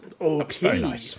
Okay